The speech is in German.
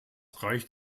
reicht